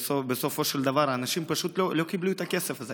כשבסופו של דבר האנשים פשוט לא קיבלו את הכסף הזה.